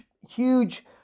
huge